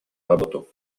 работу